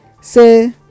say